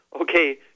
Okay